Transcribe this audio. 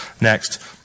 Next